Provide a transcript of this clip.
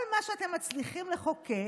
כל מה שאתם מצליחים לחוקק